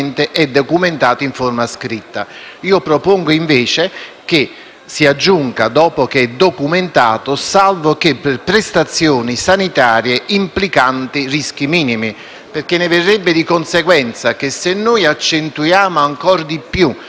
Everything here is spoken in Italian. «è documentato», le seguenti parole: «salvo che per prestazioni sanitarie implicanti rischi minimi». Ne verrebbe, di conseguenza, che se noi accentuiamo ancor di più questa contrattualizzazione, sarà sempre un rapporto ad incidere